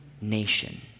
nation